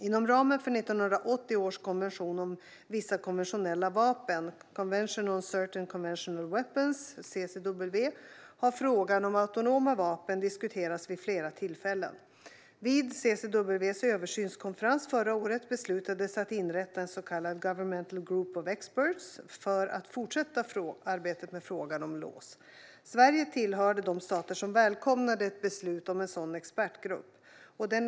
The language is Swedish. Inom ramen för 1980 års konvention om vissa konventionella vapen - Convention on Certain Conventional Weapons, CCW - har frågan om autonoma vapen diskuterats vid flera tillfällen. Vid CCW:s översynskonferens förra året beslutades att inrätta en så kallad governmental group of experts för att fortsätta arbetet med frågan om LAWS. Sverige tillhörde de stater som välkomnade ett beslut om en sådan expertgrupp.